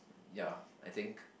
ya I think